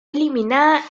eliminada